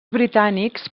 britànics